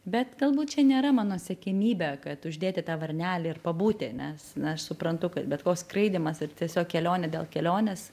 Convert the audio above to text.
bet galbūt čia nėra mano siekiamybė kad uždėti tą varnelę ir pabūti nes aš suprantu kad bet koks skraidymas ir tiesiog kelionė dėl kelionės